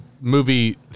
movie